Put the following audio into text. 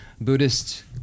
Buddhist